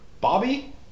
Bobby